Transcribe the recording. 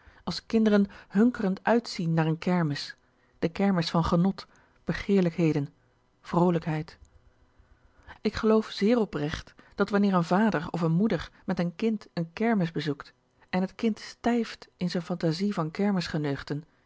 als kinderen hunkerend uitzien naar n kermis de kermis van genot begeerlijk hedn vrolijk ik geloof zeer oprecht dat wanneer een vader of een moeder met n kind eene kermis bezoekt en t kind s t ij f t in zijn fantasie van